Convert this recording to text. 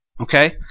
okay